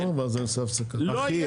לכן,